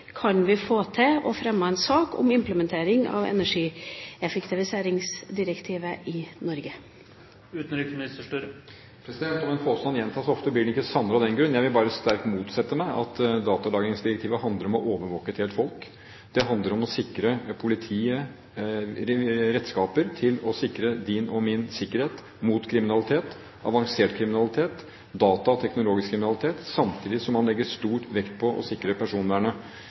kan vi få fremmet en sak om implementering av energieffektiviseringsdirektivet i Norge? Om en påstand gjentas ofte, blir den ikke sannere av den grunn. Jeg vil bare sterkt motsette meg at datalagringsdirektivet handler om å overvåke et helt folk. Det handler om å sikre politiet redskaper til å sikre din og min sikkerhet mot kriminalitet, avansert kriminalitet, datakriminalitet og teknologisk kriminalitet, samtidig som man legger stor vekt på å sikre personvernet.